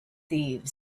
thieves